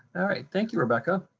all right, thank you, rebecca.